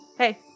Hey